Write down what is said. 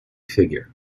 figure